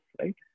right